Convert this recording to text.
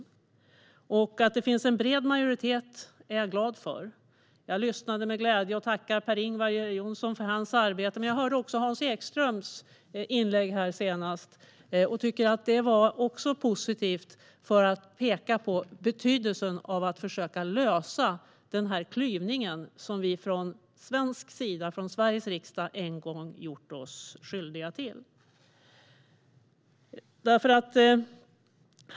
Jag är glad för att det finns en bred majoritet. Jag lyssnade med glädje till Per-Ingvar Johnsson och tackar för hans arbete. Jag lyssnade även till Hans Ekströms inlägg, som jag också tycker var positivt när det gäller att peka på betydelsen av att försöka lösa den klyvning som vi från Sveriges riksdag en gång gjorde oss skyldiga till.